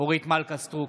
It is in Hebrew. אורית מלכה סטרוק,